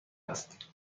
است